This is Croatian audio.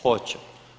Hoće.